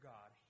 God